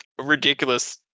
ridiculous